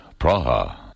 Praha